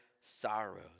sorrows